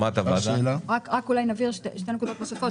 רק אולי נבהיר שתי נקודות נוספות,